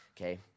okay